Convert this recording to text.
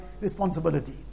responsibility